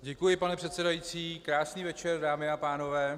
Děkuji, pane předsedající, krásný večer, dámy a pánové.